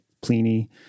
pliny